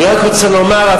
אני רק רוצה לומר,